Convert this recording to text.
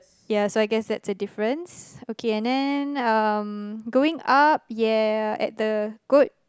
ya so I guess that's the difference okay and then um going up ya at the goat